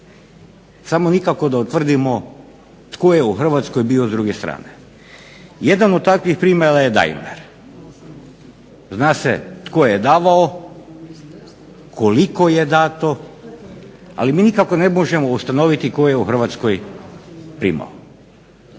da nikako utvrdimo tko je u Hrvatskoj bio s druge strane. jedan od takvih primjera je Deimler, zna se tko je davao, koliko je dato ali mi nikako ne možemo utvrditi tko je u Hrvatskoj primao.